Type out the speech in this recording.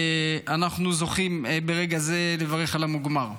אנחנו זוכים ברגע זה לברך על המוגמר.